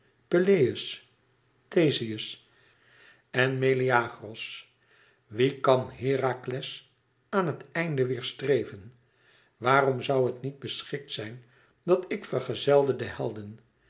thezeus en meleagros en wie kan herakles aan het einde weêrstreven waarom zoû het niet beschikt zijn dat ik vergezelde de helden